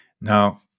Now